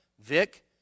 Vic